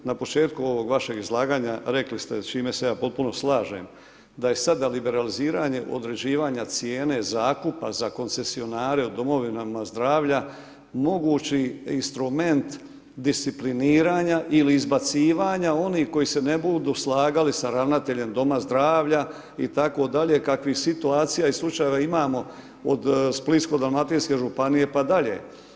Na početku ovog vašeg izlaganja rekli ste s čime se ja potpuno slažem da je sada liberaliziranje određivanja cijene zakupa za koncesionare u domovima zdravlja mogući instrument discipliniranja ili izbacivanja onih koji se ne budu slagali sa ravnateljem doma zdravlja itd. kakvih situacija i slučajeva imamo od Splitsko-dalmatinske županije pa dalje.